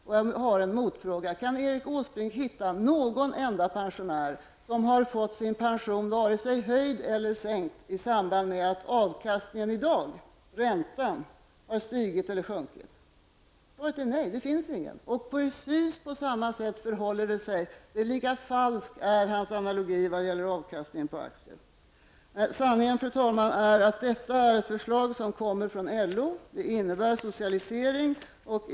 Låt mig ställa en motfråga: Kan Erik Åsbrink hitta en enda pensionär som har fått sin pension vare sig höjd eller sänkt till följd av att avkastningen i dag, dvs. räntan, har stigit eller sjunkit? Det finns ingen sådan pensionär. Lika falsk är Erik Åsbrinks analogi vad gäller avkastningen på aktier. Sanningen, fru talman, är att detta är ett förslag som kommer från LO och som innebär socialisering.